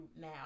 now